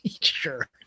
Sure